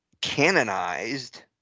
canonized